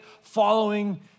following